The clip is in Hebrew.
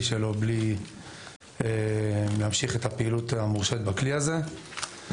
שלו בלי להמשיך את הפעילות המורשית בכלי הזה.